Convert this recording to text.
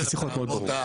זה צריך להיות מאוד ברור.